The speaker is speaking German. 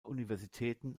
universitäten